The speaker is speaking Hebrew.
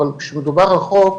אבל כשמדובר על חוק,